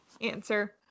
answer